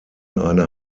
eine